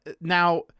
now